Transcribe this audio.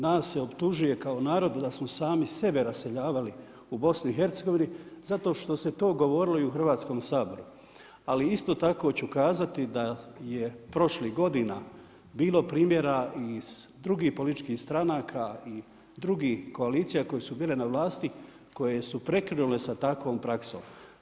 Nas se optužuje kao narod da smo sami sebe raseljavali u BiH-u zato što se to govorilo i u Hrvatskom saboru, ali isto tako ću kazati da je prošlih godina bilo primjera i iz drugih političkih stranaka i drugih koalicija koje su bile na vlasti, koje su prekinule sa takvom praksom.